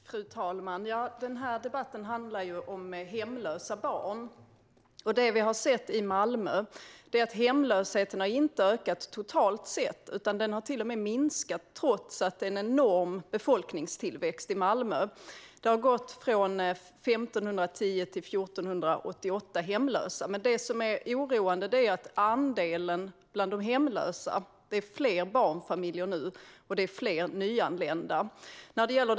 Fru talman! Den här debatten handlar om hemlösa barn. Det vi har sett i Malmö är att hemlösheten totalt sett inte har ökat utan till och med har minskat, trots att det är en enorm befolkningstillväxt i Malmö. Det har gått från 1 510 till 1 488 hemlösa. Det som är oroande är att det är fler barnfamiljer och fler nyanlända bland de hemlösa nu.